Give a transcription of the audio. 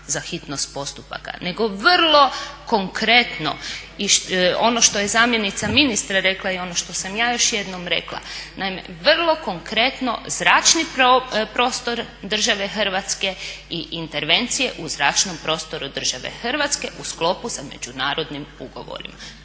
za hitnost postupaka, nego vrlo konkretno i ono što je zamjenica ministra rekla, i ono što sam ja još jednom rekla naime vrlo konkretno zračni prostor države Hrvatske i intervencije u zračnom prostoru države Hrvatske u sklopu sa međunarodnim ugovorima.